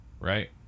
Right